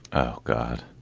oh god.